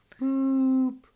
Boop